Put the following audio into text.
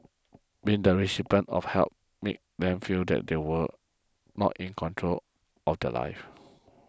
being the recipients of help made them feel they were not in control of their lives